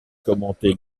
commenté